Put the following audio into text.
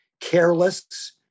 careless